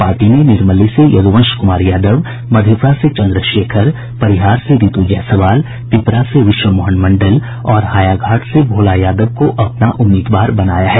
party ने निर्मली से यदुवंश कुमार यादव मधेपुरा से चन्द्रशेखर परिहार से रीतू जायसवाल पिपरा से विश्वमोहन मंडल और हायाघाट से भोला यादव को अपना उम्मीदवार बनाया है